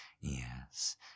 Yes